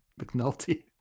McNulty